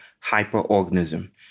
hyper-organism